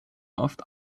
oft